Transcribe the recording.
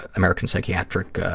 american psychiatric